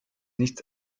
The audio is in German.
nichts